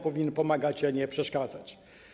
Powinien pomagać, a nie przeszkadzać.